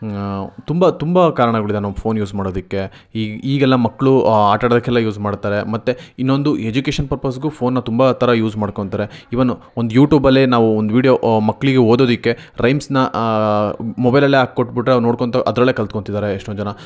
ತುಂಬ ತುಂಬ ಕಾರಣಗಳಿದೆ ನಾವು ಫೋನ್ ಯೂಸ್ ಮಾಡೋದಕ್ಕೆ ಈ ಈಗೆಲ್ಲ ಮಕ್ಕಳು ಆಟ ಆಡೋದಕ್ಕೆಲ್ಲ ಯೂಸ್ ಮಾಡ್ತಾರೆ ಮತ್ತೆ ಇನ್ನೊಂದು ಎಜುಕೇಶನ್ ಪರ್ಪಸ್ಗೂ ಫೋನ್ನ ತುಂಬ ಥರ ಯೂಸ್ ಮಾಡ್ಕೊಳ್ತಾರೆ ಈವನ್ ಒಂದು ಯೂಟ್ಯೂಬಲ್ಲಿ ನಾವು ಒಂದು ವಿಡಿಯೋ ಮಕ್ಕಳಿಗೆ ಓದೋದಕ್ಕೆ ರೈಮ್ಸ್ನ ಮೊಬೈಲಲ್ಲೇ ಹಾಕೊಟ್ಬಿಟ್ಟು ಅವ್ರು ನೋಡ್ಕೊಳ್ತಾ ಅದರಲ್ಲೇ ಕಲ್ತ್ಕೊಳ್ತಿದ್ದಾರೆ ಎಷ್ಟೋ ಜನ